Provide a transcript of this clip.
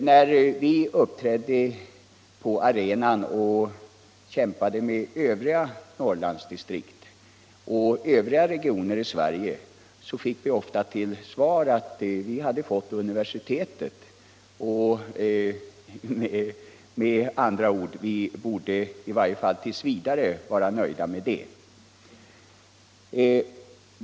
När vi uppträdde på arenan och kämpade med övriga Norrlandsdistrikt och övriga regioner i Sverige fick vi ofta till svar att vi hade fått universitetet. Med andra ord: Vi borde, i varje fall t. v., vara nöjda med det.